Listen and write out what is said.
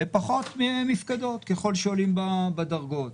ופחות מפקדות ככול שעולים בדרגות.